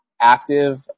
active